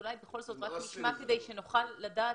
אולי בכל זאת רק נשמע כדי שנוכל לדעת